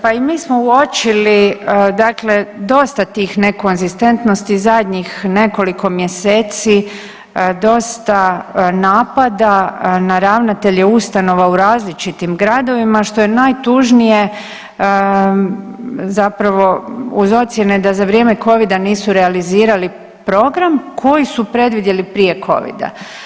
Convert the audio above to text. Pa i mi smo uočili, dakle dosta tih nekonzistentnosti zadnjih nekoliko mjeseci dosta napada na ravnatelje u stanova u različitim gradovima što je najtužnije zapravo uz ocjene da za vrijeme covida nisu realizirali program koji su predvidjeli prije covida.